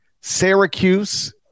Syracuse